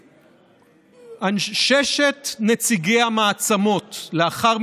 ששת נציגי המעצמות שניצחו